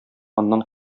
аннан